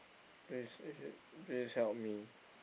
please please help me